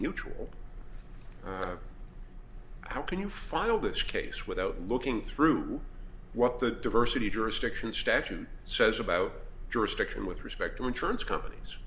mutual how can you file this case without looking through what the diversity jurisdiction statute says about jurisdiction with respect to insurance companies